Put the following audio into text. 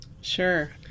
Sure